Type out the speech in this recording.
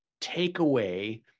takeaway